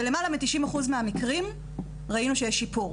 בלמעלה מ-90% מהמקרים ראינו שיש שיפור.